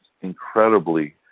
incredibly